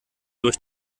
durch